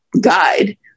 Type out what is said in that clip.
guide